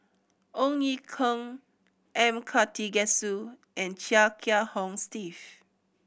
Ong Ye Kung M Karthigesu and Chia Kiah Hong Steve